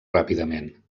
ràpidament